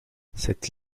cette